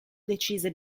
decise